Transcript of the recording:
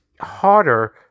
harder